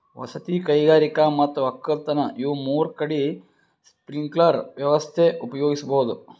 ವಸತಿ ಕೈಗಾರಿಕಾ ಮತ್ ವಕ್ಕಲತನ್ ಇವ್ ಮೂರ್ ಕಡಿ ಸ್ಪ್ರಿಂಕ್ಲರ್ ವ್ಯವಸ್ಥೆ ಉಪಯೋಗಿಸ್ಬಹುದ್